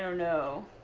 no